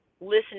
listening